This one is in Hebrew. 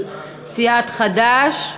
של סיעת חד"ש.